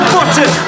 Button